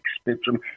spectrum